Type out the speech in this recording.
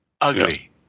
Ugly